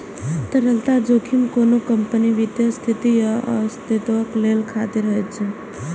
तरलता जोखिम कोनो कंपनीक वित्तीय स्थिति या अस्तित्वक लेल खतरा होइ छै